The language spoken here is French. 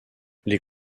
les